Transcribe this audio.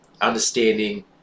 understanding